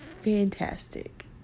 fantastic